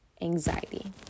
anxiety